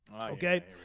Okay